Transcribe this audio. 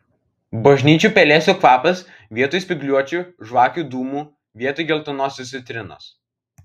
bažnyčių pelėsių kvapas vietoj spygliuočių žvakių dūmų vietoj geltonosios citrinos